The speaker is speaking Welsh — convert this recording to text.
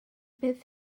beth